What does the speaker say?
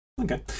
Okay